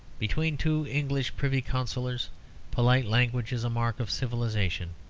between two english privy councillors polite language is a mark of civilisation,